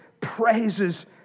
praises